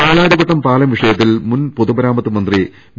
പാലാരിവട്ടം പാലം വിഷയത്തിൽ മുൻ പൊതുമരാമത്ത് മന്ത്രി വി